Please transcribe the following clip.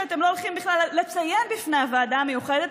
שאתם לא הולכים בכלל לציין בפני הוועדה המיוחדת,